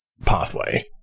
pathway